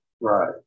Right